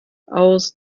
aus